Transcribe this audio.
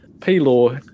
P-Law